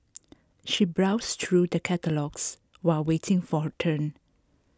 she browsed through the catalogues while waiting for her turn